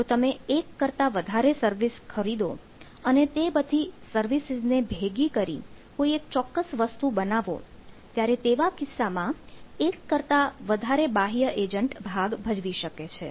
જો તમે એક કરતાં વધારે સર્વિસિસ ખરીદો અને તે બધી સર્વિસિસ ને ભેગી કરી કોઈ એક ચોક્કસ વસ્તુ બનાવો ત્યારે તેવા કિસ્સામાં એક કરતાં વધારે બાહ્ય એજન્ટ ભાગ ભજવી શકે છે